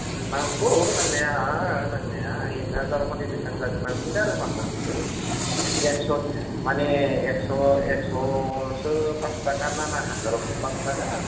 नांगौ नांनाया नांनाया आं एक हाजाराव माने बेसां जागोन होनना सोंदो आरो माहायाव नोंनो एकस' माने एकस' एकस'आवसो पास्स' थाखा ना हाजारावसो पास्स' थाखा